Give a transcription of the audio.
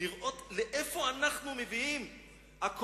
לראות לאן אנחנו מביאים את הצופים,